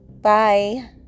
Bye